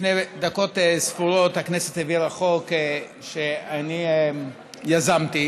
לפני דקות ספורות הכנסת העבירה חוק שאני יזמתי